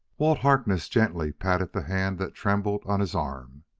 walt harkness gently patted the hand that trembled on his arm.